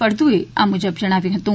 ફળદુએ આ મુજબ જણાવ્યુહતુ